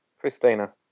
Christina